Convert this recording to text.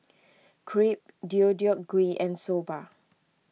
Crepe Deodeok Gui and Soba